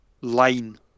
line